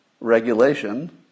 regulation